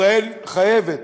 ישראל חייבת